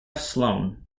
sloan